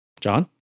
John